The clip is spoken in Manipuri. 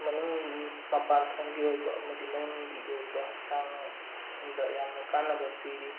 ꯃꯅꯨꯡ ꯃꯄꯥꯟ ꯊꯣꯡꯒꯤ ꯑꯣꯏꯕ ꯑꯃꯗꯤ ꯃꯅꯨꯡꯒꯤ ꯑꯣꯏꯕ ꯍꯛꯆꯥꯡꯗ ꯌꯥꯝ ꯀꯥꯟꯅꯕ ꯄꯤꯔꯤ